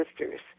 sisters